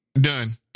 done